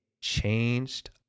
changed